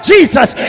Jesus